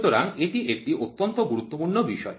সুতরাং এটি একটি অত্যন্ত গুরুত্বপূর্ণ বিষয়